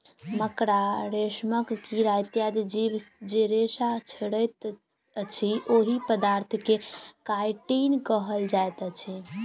मकड़ा, रेशमक कीड़ा इत्यादि जीव जे रेशा छोड़ैत अछि, ओहि पदार्थ के काइटिन कहल जाइत अछि